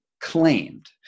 claimed